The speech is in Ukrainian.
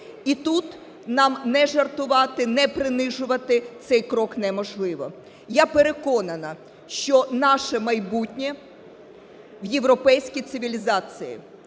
І тут нам ні жартувати, ні принижувати цей крок неможливо. Я переконана, що наше майбутнє – в європейській цивілізації і